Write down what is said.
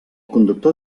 conductor